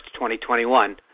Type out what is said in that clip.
2021